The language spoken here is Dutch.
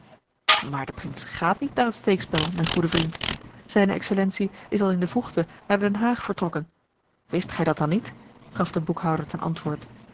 maar de prins gaat niet naar het steekspel mijn goede vriend zijne excellentie is al in de vroegte naar den haag vertrokken wist gij dat dan niet gaf de boekhouder ten antwoord